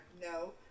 No